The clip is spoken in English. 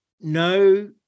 no